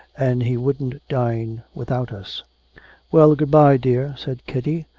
and he wouldn't dine without us well, good-bye, dear said kitty,